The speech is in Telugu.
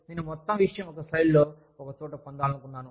నేను మొత్తం విషయం ఒక స్లైడ్లో ఒకే చోట పొందాలనుకున్నాను